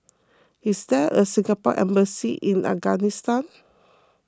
is there a Singapore Embassy in Afghanistan